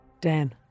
Dan